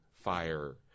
fire